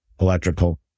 electrical